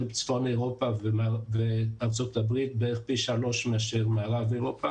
צפון אירופה וארצות הברית ובערך פי שלוש מאשר מערב אירופה.